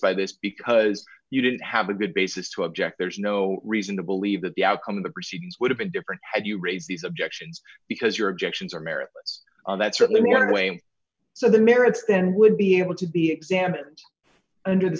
by this because you didn't have a good basis to object there's no reason to believe that the outcome of the proceedings would have been different had you raised these objections because your objections are merit on that certain limited way so the merits then would be able to be examined under the